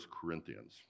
Corinthians